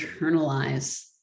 internalize